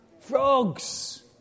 frogs